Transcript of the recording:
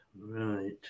Right